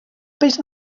peix